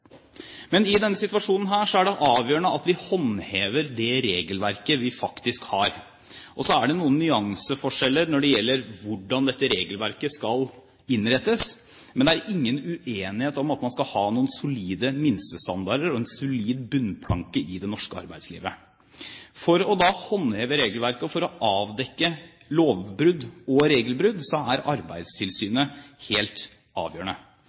Men i denne situasjonen er det avgjørende at vi håndhever det regelverket vi faktisk har. Så er det noen nyanseforskjeller når det gjelder hvordan dette regelverket skal innrettes. Men det er ingen uenighet om at man skal ha noen solide minstestandarder og en solid bunnplanke i det norske arbeidslivet. For å håndheve regelverket og for å avdekke lovbrudd og regelbrudd er Arbeidstilsynet helt avgjørende.